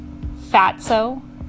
fatso